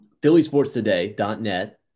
phillysportstoday.net